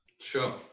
sure